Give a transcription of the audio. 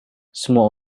semua